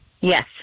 Yes